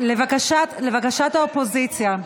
לבקשת האופוזיציה.